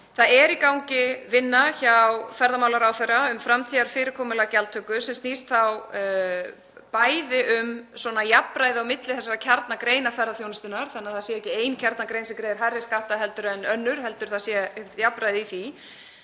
Það er í gangi vinna hjá ferðamálaráðherra um framtíðarfyrirkomulag gjaldtöku sem snýst bæði um jafnræði á milli þessara kjarnagreina ferðaþjónustunnar, þannig að það sé ekki ein kjarnagrein sem greiðir hærri skatta en önnur heldur sé jafnræði í því,